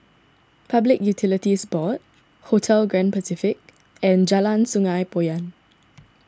Public Utilities Board Hotel Grand Pacific and Jalan Sungei Poyan